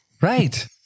Right